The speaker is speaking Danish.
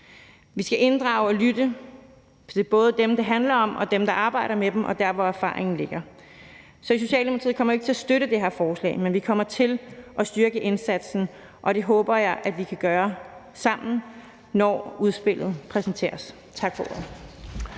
Vi skal inddrage og lytte til både dem, det handler om, og dem, der arbejder med dem, og der, hvor erfaringen ligger. Så i Socialdemokratiet kommer vi ikke til at støtte det her forslag, men vi kommer til at styrke indsatsen, og det håber jeg at vi kan gøre sammen, når udspillet præsenteres. Tak for